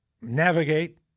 navigate